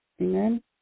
Amen